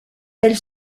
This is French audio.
elle